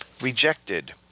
rejected